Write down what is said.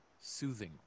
soothing